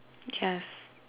yes